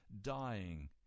dying